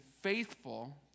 faithful